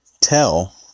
tell